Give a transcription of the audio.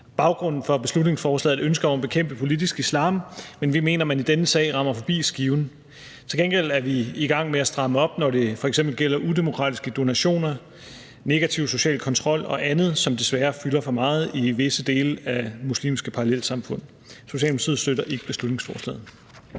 Baggrunden for beslutningsforslaget er et ønske om at bekæmpe politisk islam, men vi mener, at man i denne sag rammer forbi skiven. Til gengæld er vi i gang med at stramme op, når det f.eks. gælder udemokratiske donationer, negativ social kontrol og andet, som desværre fylder for meget i visse dele af muslimske parallelsamfund. Socialdemokratiet støtter ikke beslutningsforslaget.